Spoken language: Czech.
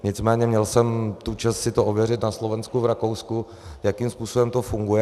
Nicméně měl jsem tu čest si to ověřit na Slovensku, v Rakousku, jakým způsobem to funguje.